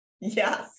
Yes